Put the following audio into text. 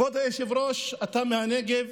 כבוד היושב-ראש, אתה מהנגב,